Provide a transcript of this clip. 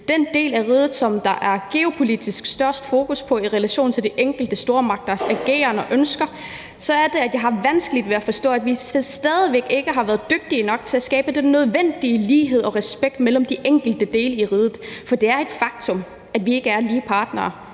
den del af riget, der er geopolitisk størst fokus på i relation til de forskellige stormagters ageren og ønsker, så har jeg vanskeligt ved at forstå, at vi stadig væk ikke er blevet dygtige nok til at skabe den nødvendige lighed og respekt mellem de enkelte dele af riget. For det er et faktum, at vi ikke er lige partnere,